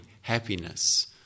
happiness